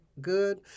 good